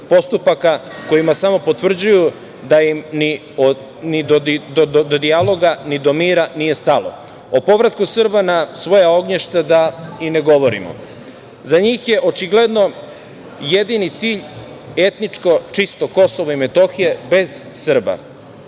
postupak kojima samo potvrđuju da im ni do dijaloga ni do mira nije stalo. O povratku Srba na svoja ognjišta da i ne govorimo. Za njih je očigledno jedini cilj etničko čisto Kosov i Metohija bez Srba.